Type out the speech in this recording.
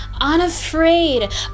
unafraid